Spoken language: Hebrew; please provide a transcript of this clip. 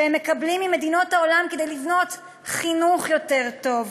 שהם מקבלים ממדינות העולם כדי לבנות חינוך יותר טוב,